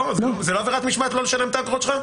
זה לא עבירת משמעת לא לשלם את האגרות שלך,